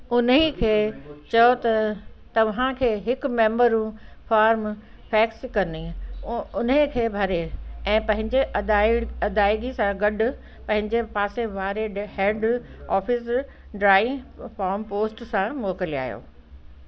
उन्हीअ खे चओ त तव्हांखे हिकु मेंबर र्म फ़ैक्स कनि उ उन्ह खे भरे ऐं पंहिंजे अदाइ अदाइगी सां गॾु पंहिंजे पासे वारे हे हैड आफ़िस ड्राई फ़ार्म पोस्ट सां मोकिलायो